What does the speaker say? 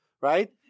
right